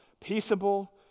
Peaceable